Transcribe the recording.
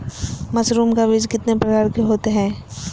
Mushroom का बीज कितने प्रकार के होते है?